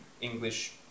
English